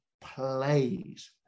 plays